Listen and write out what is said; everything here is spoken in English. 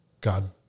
God